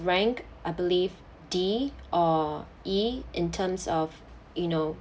ranked I believe D or E in terms of you know